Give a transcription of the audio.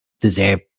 deserve